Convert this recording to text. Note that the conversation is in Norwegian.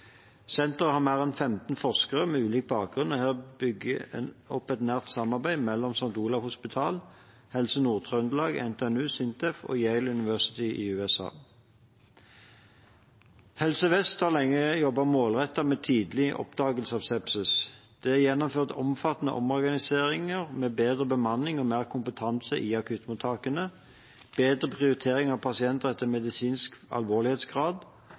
Senteret har mer enn 15 forskere med ulik bakgrunn og er bygget opp gjennom et nært samarbeid mellom St. Olavs hospital, Helse Nord-Trøndelag, NTNU, SINTEF og Yale University i USA. Helse Vest har lenge jobbet målrettet med tidlig oppdagelse av sepsis. Det er gjennomført omfattende omorganiseringer med bedre bemanning og mer kompetanse i akuttmottakene, bedre prioritering av pasienter etter medisinsk alvorlighetsgrad,